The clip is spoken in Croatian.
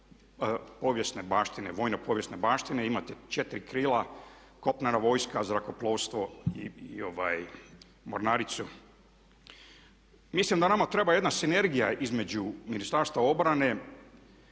povijesne baštine, vojne povijesne baštine, imate 4 krila kopnena vojska, zrakoplovstvo i mornaricu. Mislim da nama treba jedna sinergija između Ministarstva obrane,